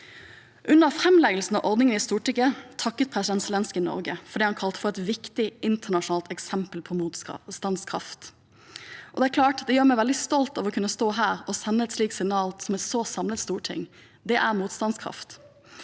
Under framleggelsen av pakken i Stortinget takket president Zelenskyj Norge for det han kalte et viktig internasjonalt eksempel på motstandskraft. Det er klart det gjør meg veldig stolt å kunne stå her og sende et slikt signal fra et så samlet storting. Det er motstandskraft.